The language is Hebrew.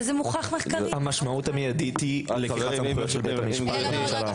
המשמעות המיידית היא -- לא רגע,